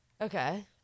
Okay